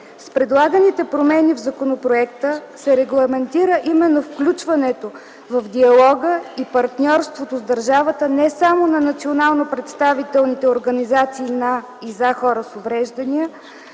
С предлаганите промени в законопроекта се регламентира именно включването в диалога и партньорството с държавата, не само на национално представителните организации на и за хора с увреждания,